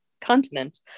continent